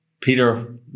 Peter